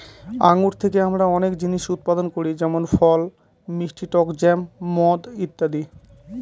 আঙ্গুর থেকে আমরা অনেক জিনিস উৎপাদন করি যেমন ফল, মিষ্টি টক জ্যাম, মদ ইত্যাদি